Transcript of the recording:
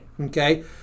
Okay